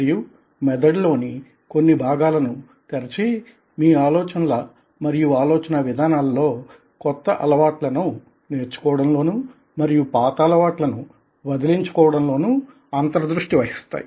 మరియు మెదడులోని కొన్ని భాగాలను తెరచి మీ ఆలోచనల మరియు ఆలోచనా విధానాలలో కొత్త అలవాట్లను నేర్చుకోవడం లోనూ మరియు పాత అలవాట్లను వదిలించుకోవడం లోనూ అంతర్దృష్టి వహిస్తాయి